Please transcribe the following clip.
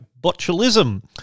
botulism